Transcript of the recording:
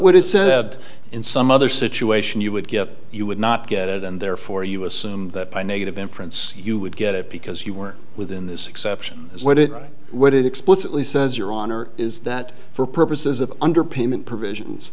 what it said in some other situation you would get you would not get it and therefore you assume that by negative inference you would get it because you work within this exception is what it what it explicitly says your honor is that for purposes of underpayment provisions